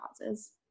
causes